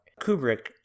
Kubrick